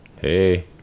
Hey